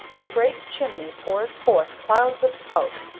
the great chimney pours forth clouds of smoke,